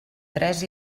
tres